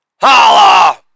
Holla